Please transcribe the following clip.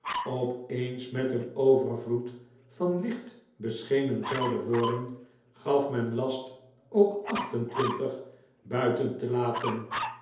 opeens met een overvloed van licht beschenen zouden worden gaf men last ook acht en twintig buiten te laten